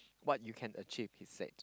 what you can achieved he said